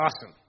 awesome